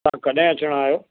तव्हां कॾहिं अचिणा आहियो